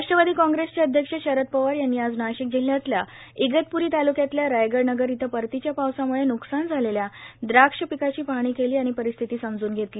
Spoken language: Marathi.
राष्ट्रवादी काँग्रेसचे अध्यक्ष शरद पवार यांनी आज नाशिक जिल्ह्यातल्या इगतप्री तालुक्यातल्या रायगड नगर इथं परतीच्या पावसामुळे न्कसान झालेल्या द्राक्ष पिकाची पाहणी केली आणि परिस्थिती समजून घेतली